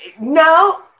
No